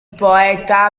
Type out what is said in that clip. poeta